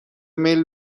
میل